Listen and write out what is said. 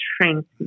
strength